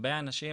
הרבה אנשים,